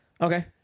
Okay